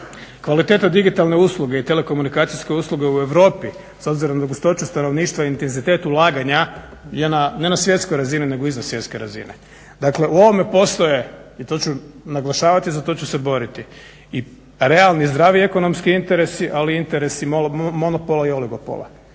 Kvaliteta digitalne usluge i telekomunikacijske usluge u Europi s obzirom na gustoću stanovništva i intenzitet ulaganja je na, ne na svjetskoj razini nego iznad svjetske razine. Dakle, u ovome postoje i to ću naglašavati i za to ću se boriti, i realni zdravi ekonomski interesi ali i interesi monopola i oligopola